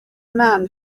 man